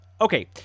Okay